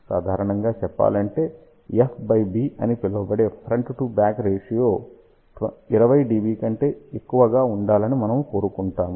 సాధారణంగా చెప్పాలంటే F B అని పిలువబడే front to back ratio 20 dB కంటే ఎక్కువగా ఉండాలని మనము కోరుకుంటాము